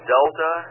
Delta